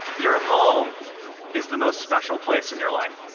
your home is the most special place in your life.